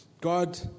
God